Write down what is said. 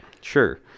Sure